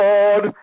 Lord